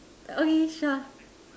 okay sure